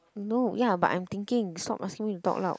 no ya but I'm thinking stop asking me to talk loud